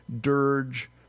dirge